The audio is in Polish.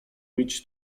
mieć